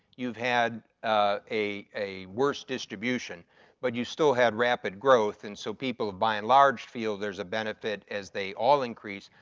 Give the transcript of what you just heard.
you've had ah a a worst distribution but you still have rapid growth and so people by and large feel there's a benefit as they all increase,